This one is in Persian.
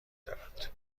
دارد